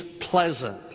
pleasant